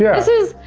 yeah this is,